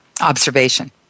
observation